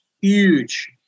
huge